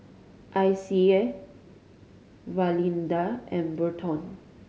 Icey Valinda and Burton